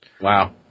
Wow